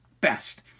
best